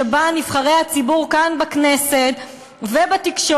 שבו נבחרי הציבור כאן בכנסת ובתקשורת,